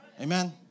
Amen